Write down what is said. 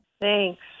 Thanks